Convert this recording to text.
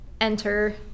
enter